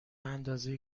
اندازه